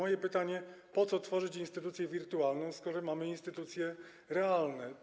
Stawiam pytanie: Po co tworzyć instytucję wirtualną, skoro mamy instytucje realne?